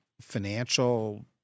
financial